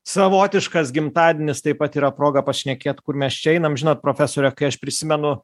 savotiškas gimtadienis taip pat yra proga pašnekėt kur mes čia einam žinot profesore kai aš prisimenu